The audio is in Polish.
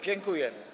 Dziękuję.